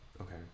Okay